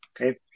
okay